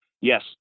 Yes